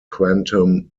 quantum